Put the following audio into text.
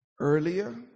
earlier